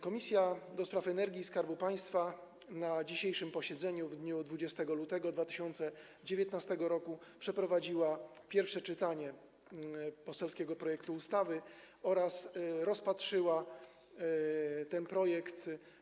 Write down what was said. Komisja do Spraw Energii i Skarbu Państwa na dzisiejszym posiedzeniu w dniu 20 lutego 2019 r. przeprowadziła pierwsze czytanie poselskiego projektu ustawy oraz rozpatrzyła ten projekt.